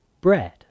bread